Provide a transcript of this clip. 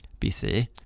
bc